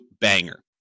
banger